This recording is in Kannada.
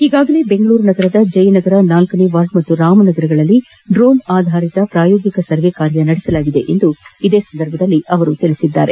ಈಗಾಗಲೇ ಬೆಂಗಳೂರು ನಗರದ ಜಯನಗರ ನಾಲ್ಕನೇ ವಾರ್ಡ್ ಹಾಗೂ ರಾಮನಗರಗಳಲ್ಲಿ ಡ್ರೋನ್ ಆಧಾರಿತ ಪ್ರಾಯೋಗಿಕ ಸರ್ವೆ ಕಾರ್ಯ ನಡೆಸಲಾಗಿದೆ ಎಂದು ಇದೇ ವೇಳೆ ಅವರು ತಿಳಿಸಿದರು